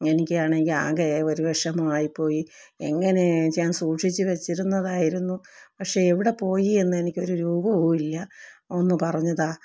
എനിക്കാണെങ്കിൽ ആകെ ഒരു വിഷമം ആയിപ്പോയി എങ്ങനേച്ചാ ഞാൻ സൂക്ഷിച്ചു വച്ചിരുന്നതായിരുന്നു പക്ഷെ എവിടെപ്പോയി എന്ന് എനിക്കൊരു രൂപവും ഇല്ല ഒന്ന് പറഞ്ഞുതാ